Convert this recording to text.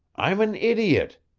i'm an idiot.